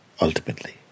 ultimately